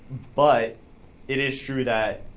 but it is true that